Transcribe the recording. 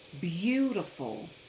beautiful